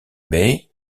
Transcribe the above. bey